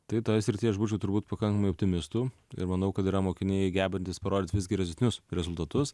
tai toje srityje aš būčiau turbūt pakankamai optimistu ir manau kad yra mokiniai gebantys parodyt vis geresnius rezultatus